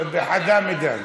בזווית עין חדה מדי.